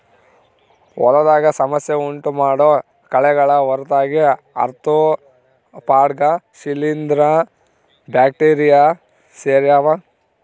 ಹೊಲದಾಗ ಸಮಸ್ಯೆ ಉಂಟುಮಾಡೋ ಕಳೆಗಳ ಹೊರತಾಗಿ ಆರ್ತ್ರೋಪಾಡ್ಗ ಶಿಲೀಂಧ್ರ ಬ್ಯಾಕ್ಟೀರಿ ಸೇರ್ಯಾವ